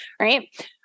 right